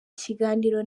kiganiro